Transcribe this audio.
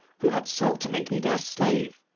who had sought to make me their slave.